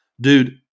Dude